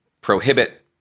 Prohibit